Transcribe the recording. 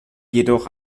jedoch